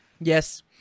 Yes